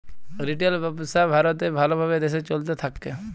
retail ব্যবসা ভারতে ভাল ভাবে দেশে চলতে থাক্যে